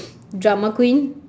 drama queen